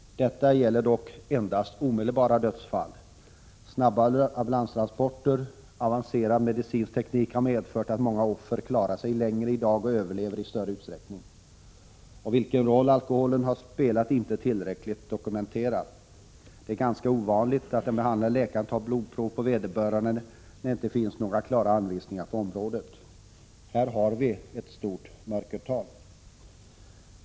Detta gäller dock endast omedelbara dödsfall. Snabba ambulanstransporter och avancerad medicinsk teknik har medfört att många offer klarar sig längre i dag och överlever i större utsträckning. Vilken roll alkoholen spelar är inte tillräckligt dokumenterat. Det är nog ganska ovanligt att den behandlande läkaren tar blodprov på vederbörande när det inte finns några klara anvisningar på området. Här har vi ett stort mörkertal.